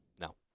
No